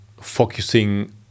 focusing